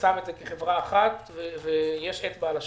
אתה שם את זה כחברה אחת ויש אצבע על השאלטר.